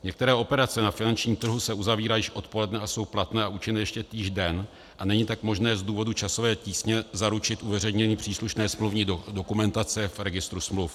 Některé operace na finančním trhu se uzavírají až odpoledne a jsou platné a účinné ještě týž den, a není tak možné z důvodu časové tísně zaručit uveřejnění příslušné smluvní dokumentace v registru smluv.